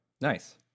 nice